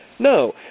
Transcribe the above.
No